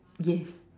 yes